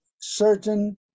certain